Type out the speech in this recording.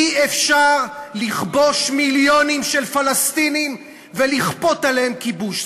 אי-אפשר לכבוש מיליונים של פלסטינים ולכפות עליהם כיבוש,